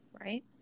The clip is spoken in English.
right